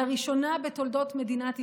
לראשונה בתולדות מדינת ישראל,